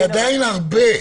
עדיין הרבה.